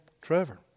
Trevor